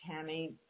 Tammy